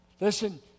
Listen